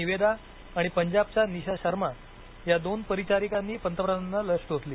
निवेदा आणि पंजाबच्या निशा शर्मा या दोन परिचारिकांनी पंतप्रधानांना लस टोचली